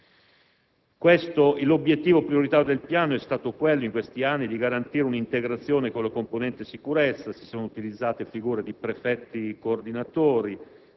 L'obiettivo prioritario del piano, in questi anni, è stato quello di garantire un'integrazione con le componenti della sicurezza; si sono utilizzate figure di prefetti coordinatori,